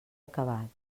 acabat